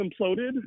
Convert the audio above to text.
imploded